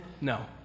No